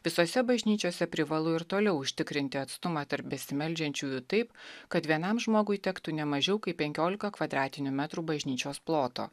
visose bažnyčiose privalu ir toliau užtikrinti atstumą tarp besimeldžiančiųjų taip kad vienam žmogui tektų ne mažiau kaip penkiolika kvadratinių metrų bažnyčios ploto